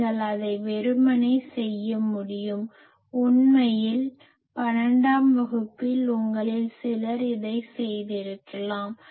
நீங்கள் அதை வெறுமனே செய்ய முடியும் உண்மையில் 12 ஆம் வகுப்பில் உங்களில் சிலர் இதைச் செய்திருக்கலாம்